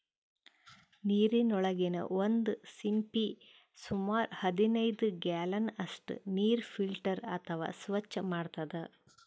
ನೀರಿನೊಳಗಿನ್ ಒಂದ್ ಸಿಂಪಿ ಸುಮಾರ್ ಹದನೈದ್ ಗ್ಯಾಲನ್ ಅಷ್ಟ್ ನೀರ್ ಫಿಲ್ಟರ್ ಅಥವಾ ಸ್ವಚ್ಚ್ ಮಾಡ್ತದ್